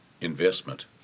investment